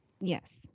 Yes